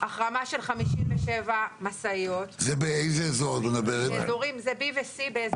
החרמה של 57 משאיות, זה ב-B ו-C.